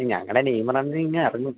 ഞങ്ങടെ നെയ്മറണ്ണനിങ്ങെറങ്ങും